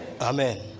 Amen